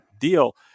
deal